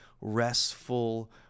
restful